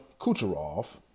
Kucherov